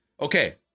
Okay